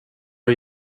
are